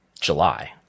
July